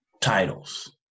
titles